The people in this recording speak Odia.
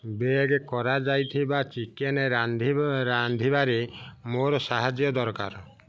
ବେକ୍ କରାଯାଇଥିବା ଚିକେନ୍ ରାନ୍ଧିବ ରାନ୍ଧିବାରେ ମୋର ସାହାଯ୍ୟ ଦରକାର